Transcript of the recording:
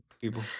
people